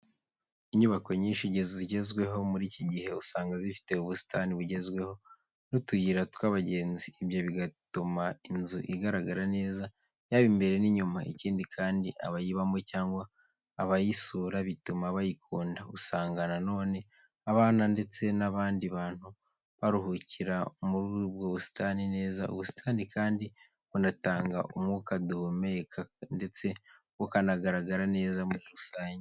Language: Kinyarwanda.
Inyubako nyinshi zigezweho muri iki gihe, usanga zifite ubusitani bugezweho n'utuyira tw'abagenzi. Ibyo bigatuma inzu igaragara neza, yaba imbere n'inyuma, ikindi kandi abayibamo cyangwa abayisura bituma bayikunda. Usanga na none abana ndetse n'abandi bantu baruhukira muri ubwo busitani neza. Ubusitani kandi bunatanga umwuka duhumeka ndetse bukanagaragara neza muri rusange.